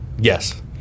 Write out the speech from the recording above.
Yes